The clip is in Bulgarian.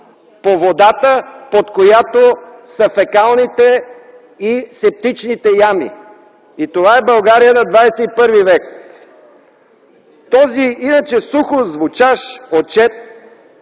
по водата, под която са фекалните и септичните ями. Това е България на ХХІ век. Този, иначе сухо звучащ, отчет